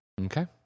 Okay